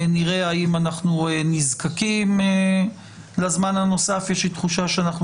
נראה האם אנחנו נזקקים לזמן הנוסף יש לי תחושה שאנחנו